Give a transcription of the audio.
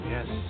Yes